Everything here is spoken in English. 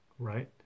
right